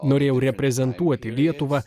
norėjau reprezentuoti lietuvą